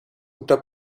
unter